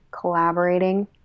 collaborating